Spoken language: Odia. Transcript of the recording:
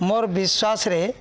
ମୋର୍ ବିଶ୍ୱାସରେ